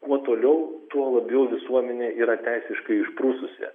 kuo toliau tuo labiau visuomenė yra teisiškai išprususi